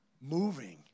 moving